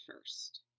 first